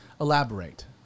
Elaborate